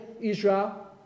Israel